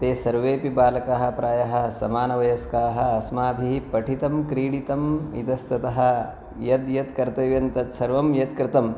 ते सर्वे अपि बालकाः प्रायः समानव्यस्काः अस्माभिः पठितं क्रीडितम् इतस्ततः यद्यत् कर्तव्यं तत् सर्वं यत् कृतम्